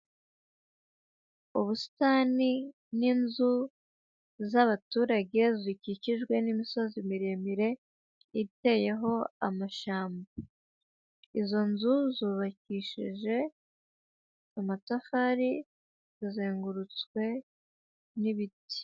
Ubusitani n'inzu z'abaturage, zikikijwe n'imisozi miremire iteyeho amashyamba; izo nzu zubakishije amatafari, zizengurutswe n'ibiti.